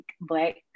black